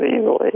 easily